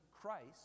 Christ